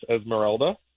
Esmeralda